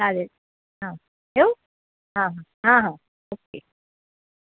चालेल हां ठेवू हां हां हां हां ओके